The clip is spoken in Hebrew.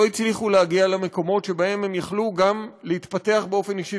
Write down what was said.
הצליחו להגיע למקומות שבהם יכלו גם להתפתח באופן אישי